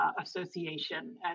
association